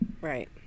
Right